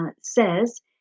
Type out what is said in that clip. says